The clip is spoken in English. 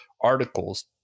articles